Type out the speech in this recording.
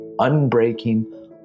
unbreaking